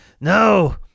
no